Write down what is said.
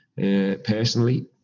personally